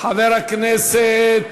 חבר הכנסת